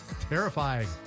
Terrifying